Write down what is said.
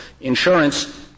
insurance